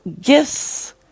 gifts